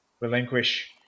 relinquish